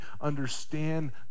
understand